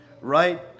right